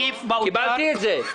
קיבלתי את זה.